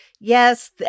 Yes